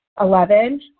Eleven